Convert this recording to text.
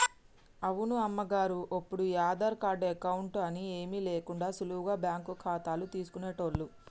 అవును అమ్మగారు ఒప్పుడు ఈ ఆధార్ కార్డు అకౌంట్ అని ఏమీ లేకుండా సులువుగా బ్యాంకు ఖాతాలు తీసుకునేటోళ్లు